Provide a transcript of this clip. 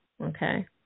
Okay